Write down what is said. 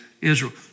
Israel